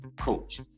coach